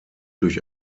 durch